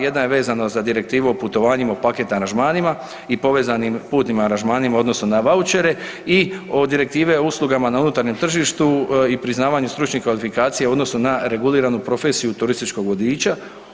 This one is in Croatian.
Jedan je vezano za direktivu o putovanjima u paket aranžmanima i povezanim putnim aranžmanima odnosno na vaučere i direktive o uslugama na unutarnjem tržištu i priznavanju stručnih kvalifikacija u odnosu na reguliranu profesiju turističkog vodiča.